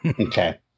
Okay